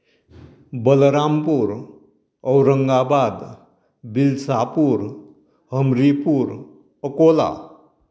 Balrampur Aurangabad Bilsapur Amripur Ankola